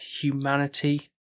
humanity